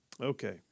Okay